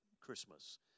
Christmas